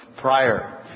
prior